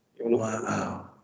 Wow